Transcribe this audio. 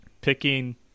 picking